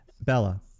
Bella